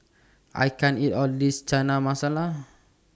I can't eat All of This Chana Masala